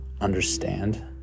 Understand